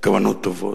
כוונות טובות,